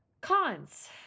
cons